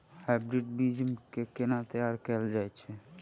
Hybrid बीज केँ केना तैयार कैल जाय छै?